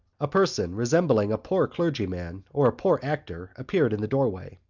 a person resembling a poor clergyman or a poor actor appeared in the doorway.